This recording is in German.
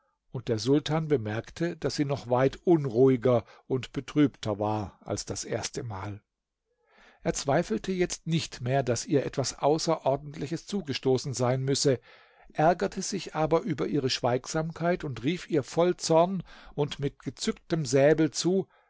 und der sultan bemerkte das sie noch weit unruhiger und betrübter war als das erste mal er zweifelte jetzt nicht mehr daß ihr etwas außerordentliches zugestoßen sein müsse ärgerte sich aber über ihre schweigsamkeit und rief ihr voll zorn und mit gezücktem säbel zu